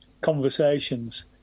conversations